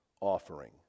offering